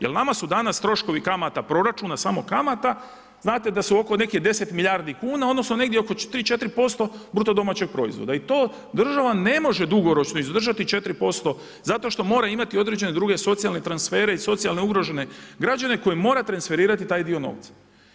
Jel nama su danas troškovi kamata proračuna samo kamata, znate da su oko nekih 10 milijardi kuna odnosno negdje oko 3, 4% BDP-a i to država ne može dugoročno izdržati 4% zato što mora imati određene druge socijalne transfere i socijalno ugrožene građane koje mora transferirati taj dio novca.